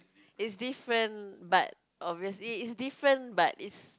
it's different but obviously it's different but it's